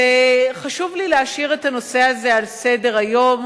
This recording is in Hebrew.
חשוב לי להשאיר את הנושא הזה על סדר-היום,